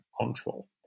control